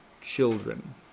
children